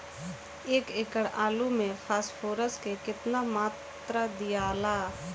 एक एकड़ आलू मे फास्फोरस के केतना मात्रा दियाला?